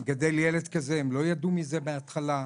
גדל ילד כזה, הם לא ידעו מזה בהתחלה,